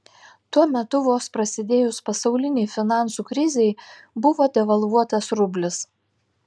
tuo metu vos prasidėjus pasaulinei finansų krizei buvo devalvuotas rublis